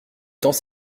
temps